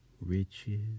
Riches